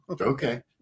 Okay